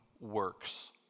works